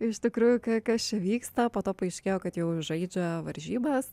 iš tikrųjų kas čia vyksta po to paaiškėjo kad jau žaidžia varžybas